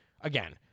Again